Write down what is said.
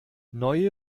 neue